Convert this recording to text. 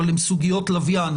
אבל הן סוגיות לוויין,